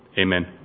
Amen